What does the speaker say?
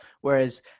Whereas